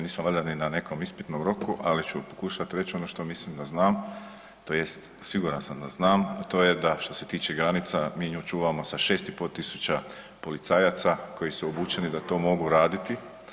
Nismo valjda ni na nekom ispitnom roku, ali ću pokušati reći ono što mislim da znam, tj. siguran sam da znam, a to je da što se tiče granica, mi nju čuvamo sa 6,5 tisuća policajaca koji su obučeni da to mogu raditi.